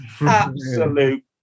Absolute